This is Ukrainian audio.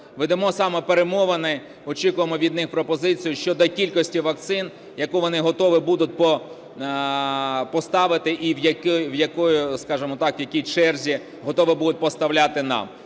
Ведемо саме перемовини, очікуємо від них пропозицію щодо кількості вакцин, яку вони готові будуть поставити, і в якій, скажемо так, в якій черзі готові будуть поставляти нам.